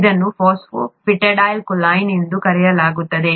ಇದನ್ನು phosphatidylcholine ಎಂದು ಕರೆಯಲಾಗುತ್ತದೆ